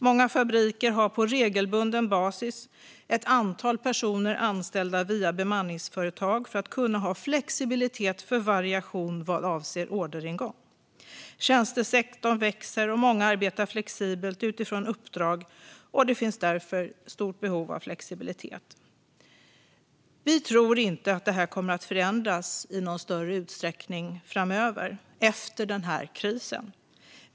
Många fabriker har på regelbunden basis ett antal personer anställda via bemanningsföretag för att kunna ha flexibilitet för variation vad avser orderingång. Tjänstesektorn växer, och många arbetar flexibelt utifrån uppdrag. Det finns därför stort behov av flexibilitet. Vi tror inte att detta kommer att förändras i någon större utsträckning framöver, efter den här krisen.